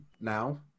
now